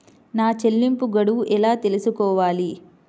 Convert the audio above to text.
నా చెల్లింపు గడువు ఎలా తెలుసుకోవాలి?